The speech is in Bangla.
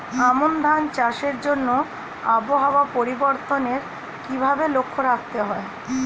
আমন ধান চাষের জন্য আবহাওয়া পরিবর্তনের কিভাবে লক্ষ্য রাখতে হয়?